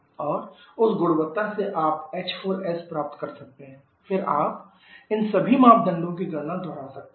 और उस गुणवत्ता से आप h4s प्राप्त कर सकते हैं फिर आप इन सभी मापदंडों की गणना दोहरा सकते हैं